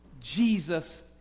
Jesus